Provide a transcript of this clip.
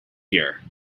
here